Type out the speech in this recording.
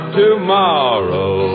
tomorrow